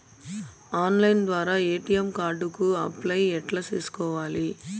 Online ద్వారా ATM card కు apply ఎట్లా సేసుకోవాలి?